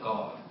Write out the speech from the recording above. God